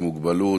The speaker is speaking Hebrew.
עם מוגבלות),